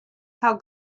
how